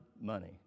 money